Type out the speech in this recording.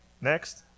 next